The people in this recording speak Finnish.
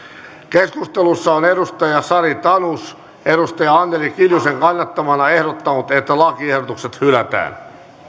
keskustelussa on sari tanus anneli kiljusen kannattamana ehdottanut että lakiehdotukset hylätään